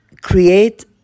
create